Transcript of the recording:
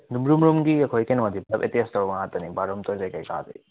room ꯔꯨꯝꯒꯤ ꯑꯩꯈꯣꯏ ꯀꯩꯅꯣꯗꯤ ꯄꯨꯂꯞ ꯑꯦꯇꯦꯁ ꯇꯧꯔꯕ ꯉꯥꯛꯇꯅꯦ ꯕꯥꯠꯔꯨꯝ ꯇꯣꯏꯂꯦꯠ ꯀꯩꯀꯥꯗꯤ